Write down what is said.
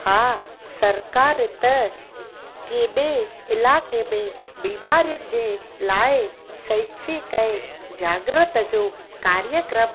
हा सरकार त केॾे इलाइक़े में बीमारियुनि जे लाइ सहिक्सी कए जागरत जो कार्यक्रमु